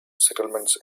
settlements